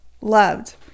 loved